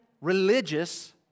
religious